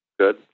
Good